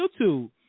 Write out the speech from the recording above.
YouTube